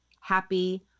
happy